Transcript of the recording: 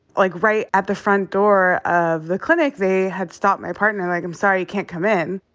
like, right at the front door of the clinic, they had stopped my partner. like, i'm sorry. you can't come in.